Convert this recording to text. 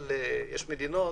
יש מדינות